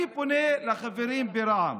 אני פונה לחברים ברע"מ